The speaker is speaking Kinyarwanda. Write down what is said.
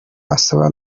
asa